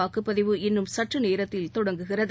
வாக்குப்பதிவு இன்னும் சற்றுநேரத்தில் தொடங்குகிறது